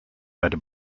read